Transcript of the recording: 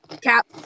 Cap